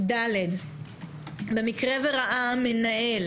ד במקרה שראה המנהל